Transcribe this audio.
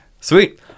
sweet